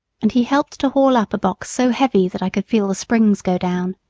and he helped to haul up a box so heavy that i could feel the springs go down.